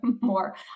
more